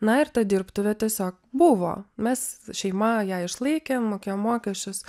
na ir ta dirbtuvė tiesiog buvo mes šeima ją išlaikėm mokėjom mokesčius